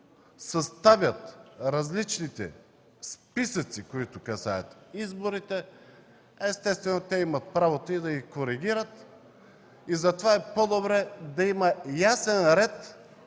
съставят различните списъци, които касаят изборите, естествено имат правото и да ги коригират и затова е по-добре да има ясен ред,